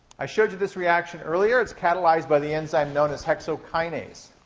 i showed you this reaction earlier. it's catalyzed by the enzyme known as hexokinase.